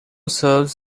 serves